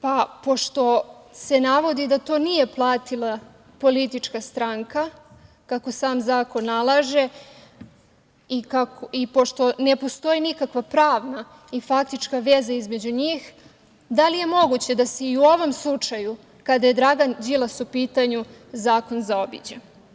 Pošto se navodi da to nije platila politička stranka, kako sam zakon nalaže, i pošto ne postoji nikakva pravna i faktička veza između njih, da li je moguće da se i u ovom slučaju kada je Dragan Đilas u pitanju zakon zaobiđe?